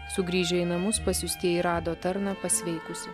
sugrįžę į namus pasiųstieji rado tarną pasveikusį